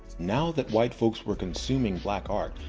now that white folks were consuming black art,